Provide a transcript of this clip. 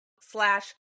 slash